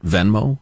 Venmo